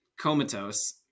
Comatose